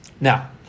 Now